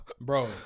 Bro